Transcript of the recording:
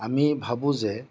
আমি ভাবো যে